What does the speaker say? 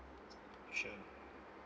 sure